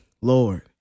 Lord